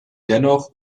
dennoch